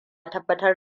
tabbatar